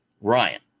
Ryan